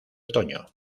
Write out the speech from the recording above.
otoño